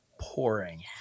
pouring